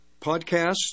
Podcasts